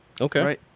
Okay